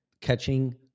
catching